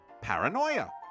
Paranoia